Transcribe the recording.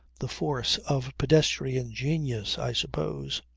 the force of pedestrian genius i suppose.